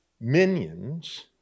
minions